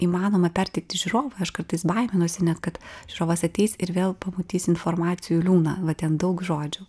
įmanoma perteikti žiūrovui aš kartais baiminuosi net kad žiūrovas ateis ir vėl pamatys informacijų liūną va ten daug žodžių